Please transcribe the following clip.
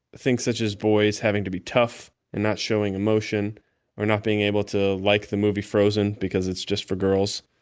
things such as boys having to be tough and not showing emotion or not being able to like the movie frozen because it's just for girls.